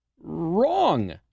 wrong